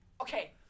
Okay